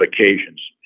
occasions